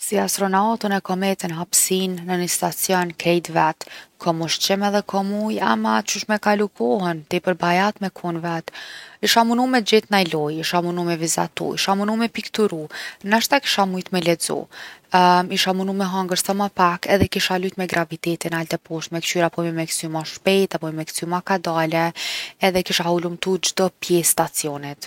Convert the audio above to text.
Si astronaut unë kom met n’hapsinë në ni stacion krejt vet, kom ushqim edhe kom ujë ama qysh me kalu kohën, tepër bajat me kon vet. Isha munu me gjetë naj lojë, isha munu me vizatu. Isha munu me pikturu, nashta kisha mujt me lexu. isha munu me hangër sa ma pak edhe kisha lujt me gravitetin nalt e poshtë me kqyr a po muj me kcy ma shpejt a po muj me kcy ma kadale. Edhe e kisha hulumtu çdo pjesë t’stacionit.